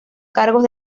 cargos